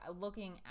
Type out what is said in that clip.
looking